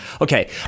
Okay